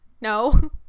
No